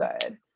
good